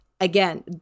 again